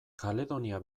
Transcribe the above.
kaledonia